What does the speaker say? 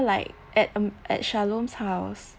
like at um at shalom's house